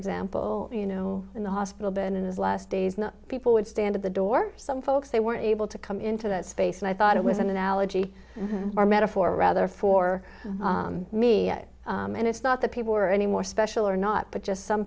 example you know in the hospital been in his last days the people would stand at the door some folks they were able to come into that space and i thought it was an analogy or metaphor rather for me and it's not that people were any more special or not but just some